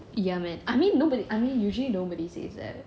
ya man I mean nobody I mean usually nobody says that